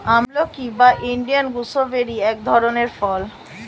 আমলকি বা Indian gooseberry এক ধরনের ফল